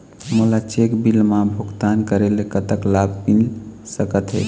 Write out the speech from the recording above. मोला cheque bill मा भुगतान करेले कतक लाभ मिल सकथे?